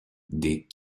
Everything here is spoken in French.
des